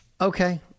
Okay